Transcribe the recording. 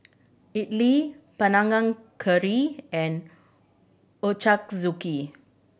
Idili Panang Curry and Ochazuke